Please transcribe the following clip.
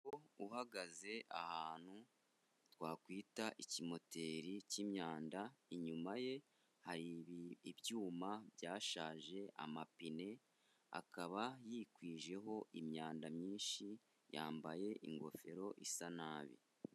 umukobwa uhagaze ahantu twakwita ikimoteri cy'imyanda inyuma ye hari ibyuma byashaje amapine, akaba yikwijeho imyanda myinshi yambaye ingofero isa nabi.